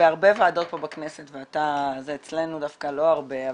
בהרבה ועדות פה בכנסת ואתה אצלנו דווקא לא הרבה,